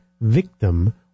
victim